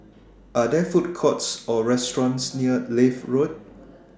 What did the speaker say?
Are There Food Courts Or restaurants near Leith Road